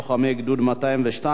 לוחמי גדוד 202,